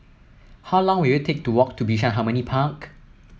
how long will it take to walk to Bishan Harmony Park